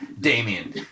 Damien